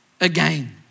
again